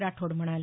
राठोड म्हणाले